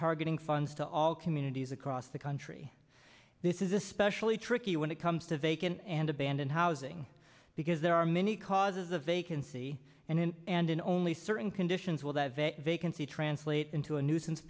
targeting funds to all communities across the country this is especially tricky when it comes to vacant and abandoned housing because there are many causes a vacancy and in and in only certain conditions will that vacancy translate into a nuisance